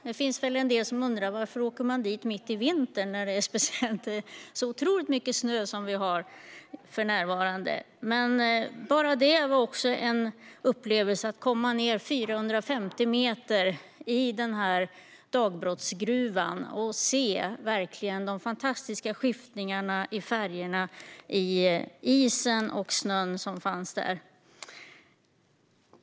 Det finns väl några som undrar varför man åker dit mitt i vintern när det är så otroligt mycket snö som det är för närvarande, men bara det var en upplevelse: att komma ned 450 meter i dagbrottsgruvan och se de fantastiska skiftningarna i färgerna i isen och snön som fanns där.